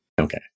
Okay